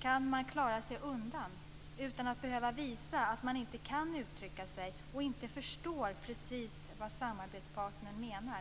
kan man klara sig undan utan att behöva visa att man inte kan uttrycka sig och inte förstår precis vad samarbetspartnern menar.